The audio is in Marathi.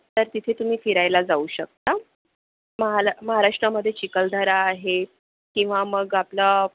तर तिथे तुम्ही फिरायला जाऊ शकता महाला महाराष्ट्रामध्ये चिकलदरा आहे किंवा मग आपलं